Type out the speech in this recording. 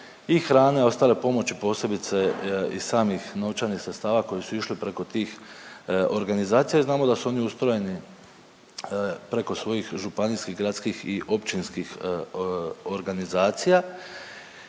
hrane i ostale pomoći, posebice i samih novčanih sredstava koji su išli preko tih organizacija i znamo da su oni ustrojeni preko svojih županijskih, gradskih i općinskih organizacija.